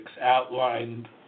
outlined